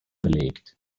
belegt